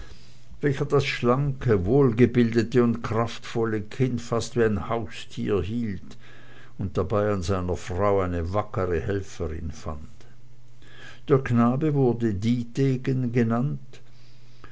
welcher das schlanke wohlgebildete und kraftvolle kind fast wie ein haustier hielt und dabei an seiner frau eine wackere helferin fand der knabe wurde dietegen genannt